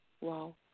wow